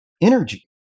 energy